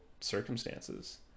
circumstances